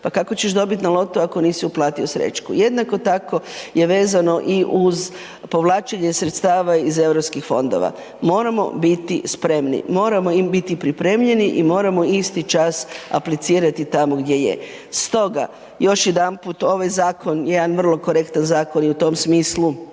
Pa kako ćeš dobiti na lotu ako nisu uplatio srećku? Jednako tako je vezano i uz povlačenje sredstava iz europskih fondova, moramo biti spremni, moramo biti pripremljeni i moramo isti čas aplicirati tamo gdje je. Stoga, još jedanput, ovaj zakon je jedan vrlo korektan zakon i u tom smislu